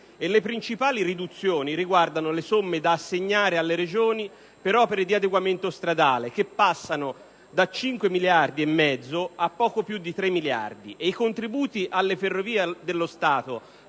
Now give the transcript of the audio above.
le principali riduzioni riguardano le somme da assegnare alle Regioni per opere di adeguamento stradale, che passano da circa 5,5 miliardi a poco più di 3 miliardi. I contributi alle Ferrovie dello Stato